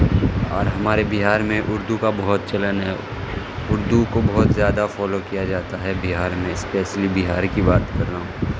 اور ہمارے بہار میں اردو کا بہت چلن ہے اردو کو بہت زیادہ فالو کیا جاتا ہے بہار میں اسپیشلی بہار کی بات کر رہا ہوں